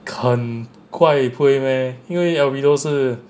很快不会 meh 因为 albedo 是